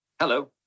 hello